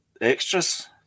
Extras